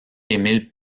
émile